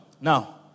Now